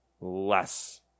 less